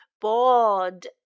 bored